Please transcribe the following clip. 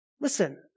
listen